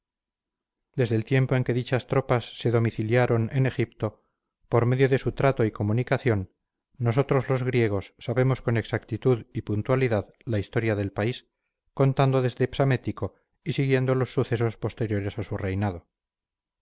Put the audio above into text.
desde el tiempo en que dichas tropas se domiciliaron en egipto por medio de su trato y comunicación nosotros los griegos sabemos con exactitud y puntualidad la historia del país contando desde psamético y siguiendo los sucesos posteriores a su reinado